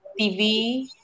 TV